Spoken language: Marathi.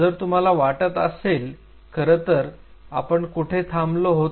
जर तुम्हाला वाटत असेल खरंतर आपण कुठे थांबलो होतो